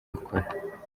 bakora